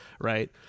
Right